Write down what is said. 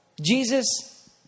Jesus